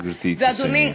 גברתי, תסיימי.